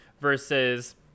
versus